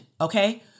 Okay